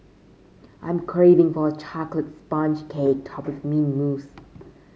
I'm craving for a chocolate sponge cake topped with mint mousse